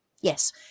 Yes